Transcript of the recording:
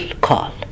call